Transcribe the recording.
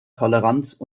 toleranz